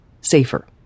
safer